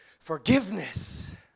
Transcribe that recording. Forgiveness